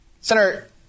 Senator